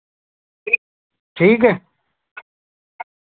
ठीक है